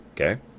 okay